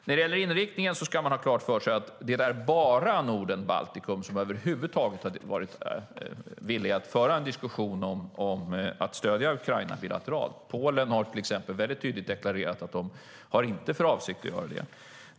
När det gäller inriktningen ska man ha klart för sig att det är bara Norden och Baltikum som över huvud taget har varit villiga att föra en diskussion om att stödja Ukraina bilateralt. Polen har till exempel väldigt tydligt deklarerat att man inte har för avsikt att göra det.